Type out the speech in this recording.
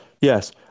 yes